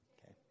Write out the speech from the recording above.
Okay